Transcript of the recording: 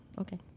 Okay